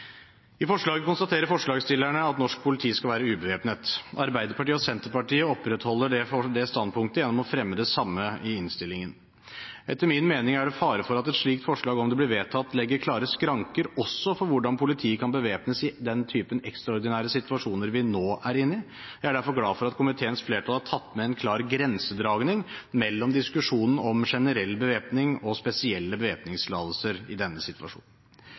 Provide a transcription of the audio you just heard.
I forslaget konstaterer forslagsstillerne at norsk politi skal være ubevæpnet. Arbeiderpartiet og Senterpartiet opprettholder det standpunktet gjennom å fremme det samme i innstillingen. Etter min mening er det en fare for at et slikt forslag, om det blir vedtatt, setter klare skranker også for hvordan politiet kan bevæpnes i den type ekstraordinære situasjoner vi nå er inne i. Jeg er derfor glad for at komiteens flertall har tatt med en klar grensedragning mellom diskusjonen om generell bevæpning og spesielle bevæpningstillatelser i denne situasjonen.